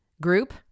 group